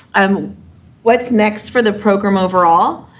um what's next for the program overall?